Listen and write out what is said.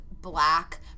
black